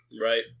Right